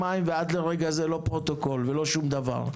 מים ועד כה לא פרוטוקול ולא שום דבר.